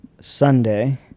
Sunday